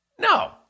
No